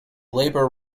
labor